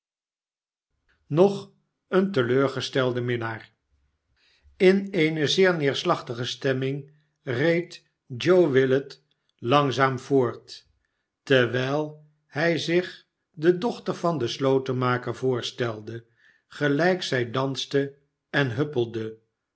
nog een te leur gestelde minnaar in eene zeer neerslachtige stemming reed joe willet langzaam voort terwijl hij zich de dochter van den slotenmaker voorstelde gelijk zij danste en huppelde